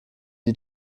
die